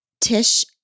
Tish